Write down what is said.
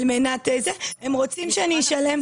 הם רוצים שאני אשלם